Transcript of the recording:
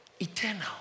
Eternal